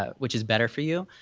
um which is better for you.